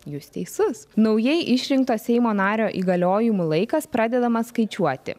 jūs teisus naujai išrinkto seimo nario įgaliojimų laikas pradedamas skaičiuoti